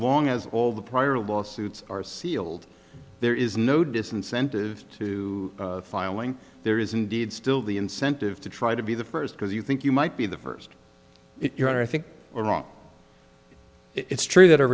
long as all the prior lawsuits are sealed there is no disincentive to filing there is indeed still the incentive to try to be the first because you think you might be the first your honor i think are wrong it's true that